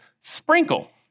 Sprinkle